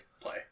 play